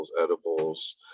edibles